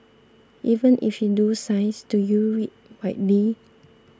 even if you do science do you read widely